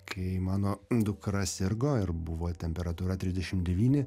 kai mano dukra sirgo ir buvo temperatūra trisdešim devyni